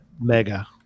mega